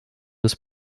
des